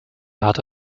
hatte